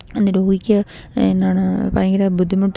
അന്ന് രോഗിക്ക് എന്താണ് ഭയങ്കര ബുദ്ധിമുട്ടും